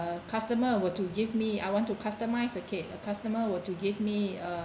a customer were to give me I want to customise a cake a customer were to give me a